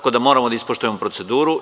Moramo da ispoštujemo proceduru.